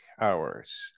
hours